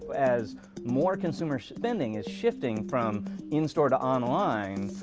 as more consumer spending is shifting from in-store to online, so